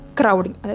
crowding